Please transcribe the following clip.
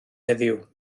heddiw